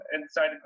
inside